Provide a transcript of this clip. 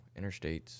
interstates